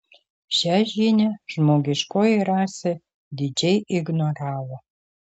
šią žinią žmogiškoji rasė didžiai ignoravo